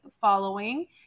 following